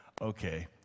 Okay